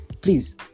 Please